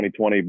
2020